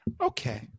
okay